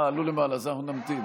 עלו למעלה, אז אנחנו נמתין